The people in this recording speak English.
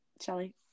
Shelly